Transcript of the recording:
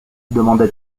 demanda